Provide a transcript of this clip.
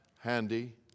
handy